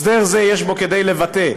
הסבה מקצועית.